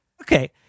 Okay